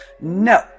no